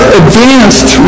advanced